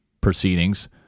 proceedings